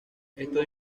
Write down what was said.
estos